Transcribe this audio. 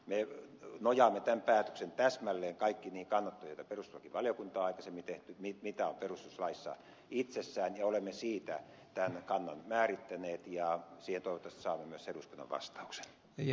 me nojaamme tämän päätöksen täsmälleen kaikkiin niihin kannanottoihin joita perustuslakivaliokunta on aikaisemmin tehnyt siihen mitä on perustuslaissa itsessään ja olemme siitä tämän kannan määrittäneet ja siihen toivottavasti saamme myös eduskunnan vastauksen